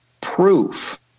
proof